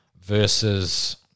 versus